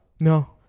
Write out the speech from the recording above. No